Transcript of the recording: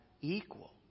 equal